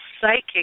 psychic